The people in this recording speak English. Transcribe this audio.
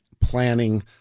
planning